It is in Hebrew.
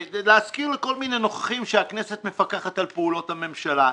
להזכיר לכל מיני נוכחים שהכנסת מפקחת על פעולות הממשלה.